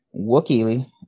Wookiee